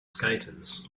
skaters